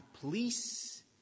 police